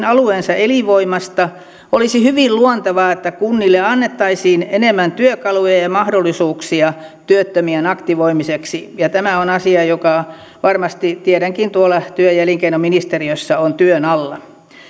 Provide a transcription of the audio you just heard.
alueensa elinvoimasta olisi hyvin luontevaa että kunnille annettaisiin enemmän työkaluja ja ja mahdollisuuksia työttömien aktivoimiseksi ja tämä on asia joka varmasti tiedänkin työ ja elinkeinoministeriössä on työn alla